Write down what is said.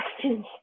questions